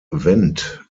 wendt